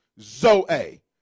zoe